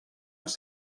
els